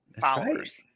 followers